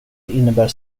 innebär